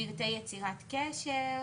יש פרטי יצירת קשר,